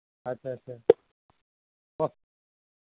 আচ্ছা আচ্ছা